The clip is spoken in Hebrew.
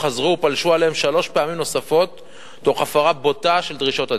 וחזרו ופלשו אליהם שלוש פעמים נוספות תוך הפרה בוטה של דרישות הדין,